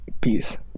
Peace